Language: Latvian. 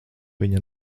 viņa